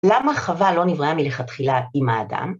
למה חווה לא נבראה מלכתחילה עם האדם?